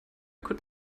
could